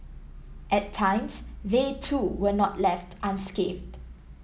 at times they too were not left unscathed